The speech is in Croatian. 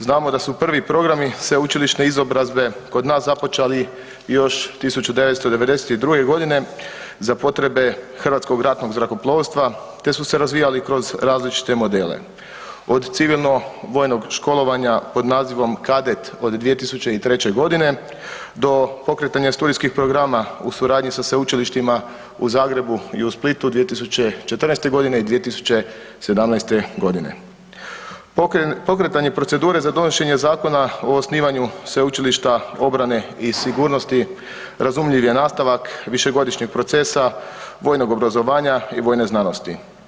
Znamo da su prvi programi sveučilišne izobrazbe kod nas započeli još 1992.g. za potrebe Hrvatskog ratnog zrakoplovstva, te su se razvijali kroz različite modele, od civilno vojnog školovanja pod nazivom „kadet“ od 2003.g. do pokretanja studijskih programa u suradnji sa Sveučilištima u Zagrebu i u Splitu 2014.g. i 2017.g. Pokretanje procedure za donošenje Zakona o osnivanju Sveučilišta obrane i sigurnosti, razumljiv je nastavak višegodišnjeg procesa vojnog obrazovanja i vojne znanosti.